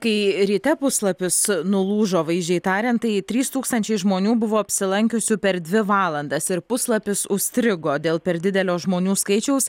kai ryte puslapis nulūžo vaizdžiai tariant tai trys tūkstančiai žmonių buvo apsilankiusių per dvi valandas ir puslapis užstrigo dėl per didelio žmonių skaičiaus